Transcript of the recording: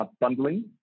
Bundling